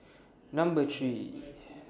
Number three